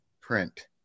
print